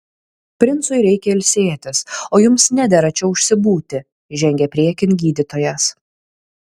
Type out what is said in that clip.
princui reikia ilsėtis o jums nedera čia užsibūti žengė priekin gydytojas